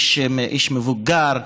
איש מבוגר,